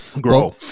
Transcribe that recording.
grow